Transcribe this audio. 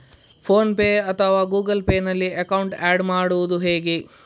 Phone pay ಅಥವಾ Google Pay ನಲ್ಲಿ account add ಮಾಡುವುದು ಹೇಗೆ?